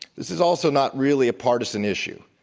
this is also not really a partisan issue.